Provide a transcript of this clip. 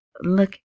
look